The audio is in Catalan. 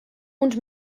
uns